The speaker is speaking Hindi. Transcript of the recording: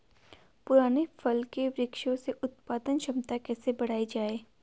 पुराने फल के वृक्षों से उत्पादन क्षमता कैसे बढ़ायी जाए?